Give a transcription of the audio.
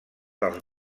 dels